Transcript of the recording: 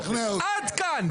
עד כאן,